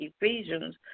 Ephesians